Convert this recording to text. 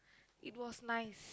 it was nice